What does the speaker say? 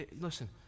listen